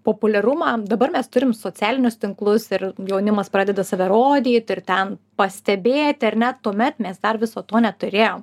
populiarumą dabar mes turim socialinius tinklus ir jaunimas pradeda save rodyt ir ten pastebėti ar ne tuomet mes dar viso to neturėjom